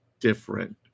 different